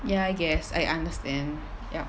ya I guess I understand ya